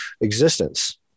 existence